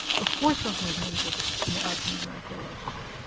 of course russia has an interest in the outcome of american elections.